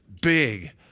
big